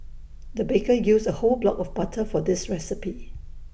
the baker used A whole block of butter for this recipe